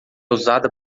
usada